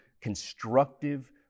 constructive